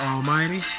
Almighty